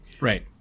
right